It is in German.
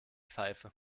pfeife